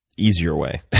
easier way?